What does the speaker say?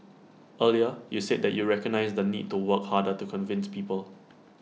earlier you said that you recognise the need to work harder to convince people